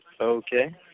Okay